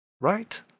right